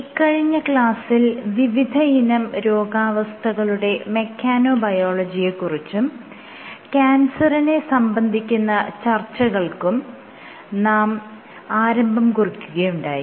ഇക്കഴിഞ്ഞ ക്ലാസ്സിൽ വിവിധയിനം രോഗാവസ്ഥകളുടെ മെക്കാനോബയോളജിയെ കുറിച്ചും ക്യാൻസറിനെ സംബന്ധിക്കുന്ന ചർച്ചകൾക്കും ഞാൻ ആരംഭം കുറിക്കുകയുണ്ടായി